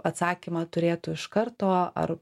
atsakymą turėtų iš karto ar